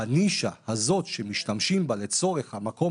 אז מה שנשאר לטעמכם בנישה הזאת שמשתמשים בה לצורך המקום